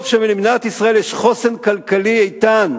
טוב שלמדינת ישראל יש חוסן כלכלי, איתן,